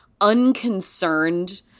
unconcerned